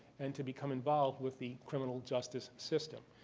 and to become involved with the criminal justice system.